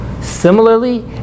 Similarly